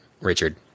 Richard